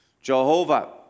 Jehovah